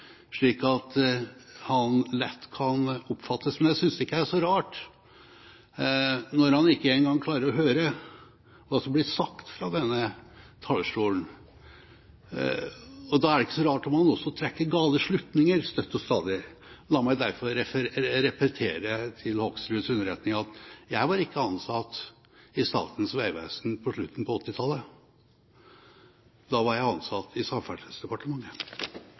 slik at han lett kan oppfattes. Men jeg synes ikke det er så rart, når han ikke engang klarer å høre hva som blir sagt fra denne talerstolen. Da er det ikke så rart om han også trekker gale slutninger støtt og stadig. La meg derfor repetere til Hoksruds underretning at jeg var ikke ansatt i Statens vegvesen på slutten av 1980-tallet, da var jeg ansatt i Samferdselsdepartementet.